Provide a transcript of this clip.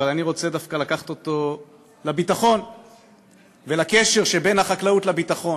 אבל אני רוצה דווקא לקחת אותו לביטחון ולקשר שבין החקלאות לביטחון.